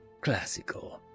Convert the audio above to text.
classical